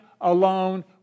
alone